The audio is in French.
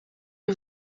que